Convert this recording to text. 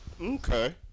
Okay